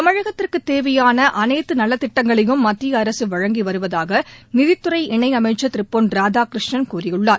தமிழகத்திற்குத் தேவையாள அனைத்து நலத்திட்டங்களையும் மத்திய அரசு வழங்கி வருவதாக நிதித்துறை இணை அமைச்ச் திரு பொன் ராதாகிருஷ்ணன் கூறியுள்ளார்